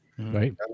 Right